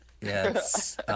Yes